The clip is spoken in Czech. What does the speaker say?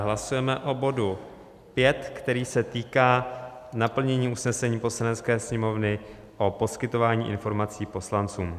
Hlasujeme o bodu 5, který se týká naplnění usnesení Poslanecké sněmovny o poskytování informací poslancům.